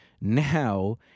Now